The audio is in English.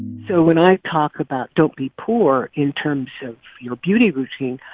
so when i talk about don't be poor in terms of your beauty routine,